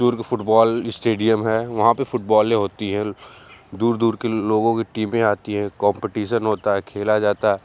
दुर्ग football stadium है वहाँ पर फुटबॉलें होती है दूर दूर के लोगों के टीमें आती हैं कॉम्पटीसन होता है खेला जाता है